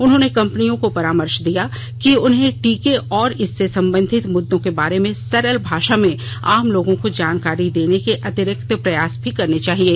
उन्होंने कंपनियों को परामर्श दिया कि उन्हें टीके और इससे संबंधित मुद्दों के बारे में सरल भाषा में आम लोगों को जानकारी देने के अतिरिक्त प्रयास भी करनी चाहिएं